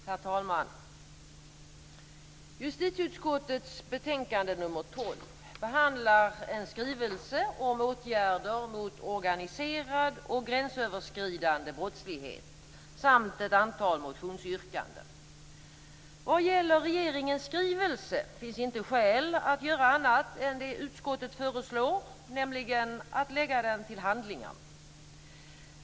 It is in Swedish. Herr talman! Justitieutskottets betänkande nr 12 behandlar en skrivelse om åtgärder mot organiserad och gränsöverskridande brottslighet samt ett antal motionsyrkanden. Vad gäller regeringens skrivelse finns inte skäl att göra annat än det utskottet föreslår, nämligen att lägga den till handlingarna.